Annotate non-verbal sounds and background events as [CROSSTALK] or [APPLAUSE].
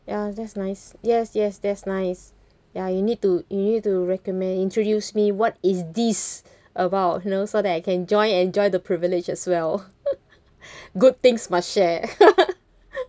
ya that's nice yes yes that's nice ya you need to you need to recommend introduce me what is this about you know so that I can join enjoy the privilege as well good things must share [LAUGHS]